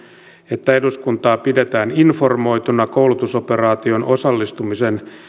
että eduskuntaa pidetään informoituna koulutusoperaatioon osallistumisen